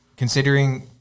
Considering